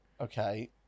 Okay